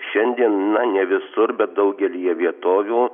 šiandien na ne visur bet daugelyje vietovių